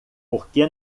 porque